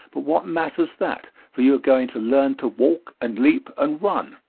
but what matters that, for you are going to learn to walk and leap and run.